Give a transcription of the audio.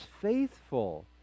faithful